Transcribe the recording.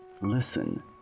Listen